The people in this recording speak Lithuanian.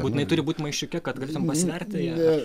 būtinai turi būt maišiuke kad galėtum pasverti